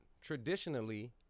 traditionally